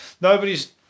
Nobody's